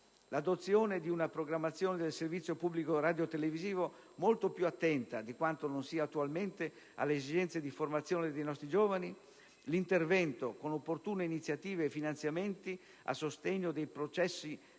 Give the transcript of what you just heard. l'adozione di una programmazione del servizio pubblico radiotelevisivo molto più attenta di quanto non sia attualmente alle esigenze di formazione dei nostri giovani; l'intervento, con opportune iniziative e finanziamenti, al sostegno di processi